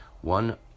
one